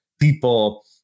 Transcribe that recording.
people